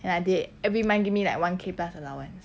and I did it every month give me like one K plus allowance